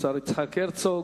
השר יצחק הרצוג.